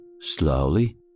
slowly